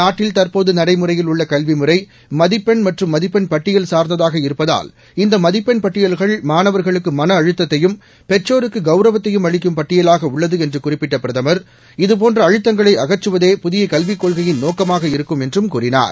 நாட்டில் தற்போது நடைமுறையில் உள்ள கல்வி முறை மதிப்பெண் மற்றும் மதிப்பெண் பட்டியல் சார்ந்ததாக இருப்பதால் இந்த மதிப்பெண் பட்டியல்கள் மாணவர்களுக்கு மன அழுத்தத்தையும் பெற்றோருக்கு கவுரவத்தையும் அளிக்கும் பட்டியலாக உள்ளது என்று குறிப்பிட்ட பிரதமர் இதுபோன்ற அழுத்தங்களை அகற்றுவதே புதிய கல்விக் கொள்கையின் நோக்கமாக இருக்கும் என்றும் கூறினார்